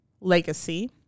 Legacy